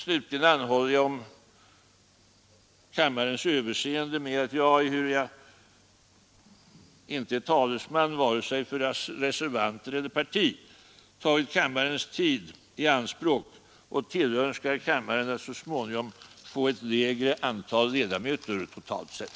Slutligen anhåller jag om överseende med att jag, ehuru jag icke är talesman för vare sig reservanter eller parti, tagit kammarens tid i anspråk, och tillönskar kammaren att så småningom få ett lägre antal ledamöter totalt sett.